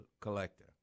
collector